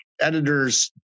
editors